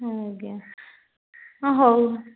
ହଁ ଆଜ୍ଞା ହେଉ